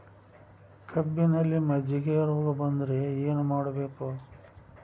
ಕಬ್ಬಿನಲ್ಲಿ ಮಜ್ಜಿಗೆ ರೋಗ ಬಂದರೆ ಏನು ಮಾಡಬೇಕು?